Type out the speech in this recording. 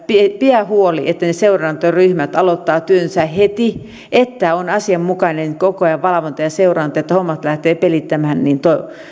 pidä huoli että ne seurantaryhmät aloittavat työnsä heti ja että on koko ajan asianmukainen valvonta ja seuranta että hommat lähtevät pelittämään